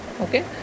Okay